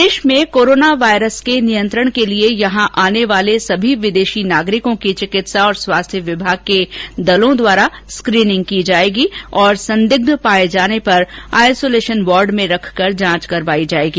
प्रदेश में corona virus के नियंत्रण के लिए यहां आने वाले सभी विदेशी नागरिकों की चिकित्सा और स्वास्थ्य विभाग के दलों द्वारा स्क्रीनिंग की जाएगी और संदिग्ध पाए जाने पर आइसोलेशन वार्ड में रखकर जांच करवायी जाएगी